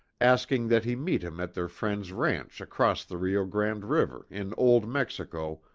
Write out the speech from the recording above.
asking that he meet him at their friend's ranch across the rio grande river, in old mexico,